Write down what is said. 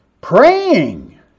praying